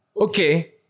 okay